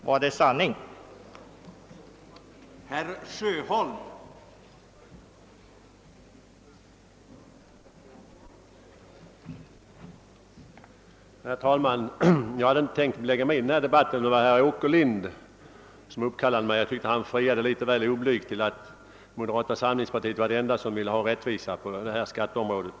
Vad är sanning, herr Kristenson?